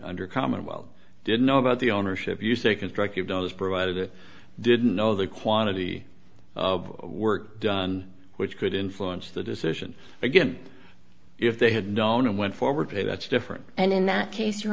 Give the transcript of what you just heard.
under commonwealth didn't know about the ownership use a constructive does provided it didn't know the quantity of work done which could influence the decision again if they had known and went forward today that's different and in that case your